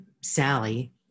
Sally